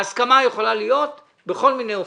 ההסכמה יכולה להיות בכל מיני אופנים.